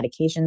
medications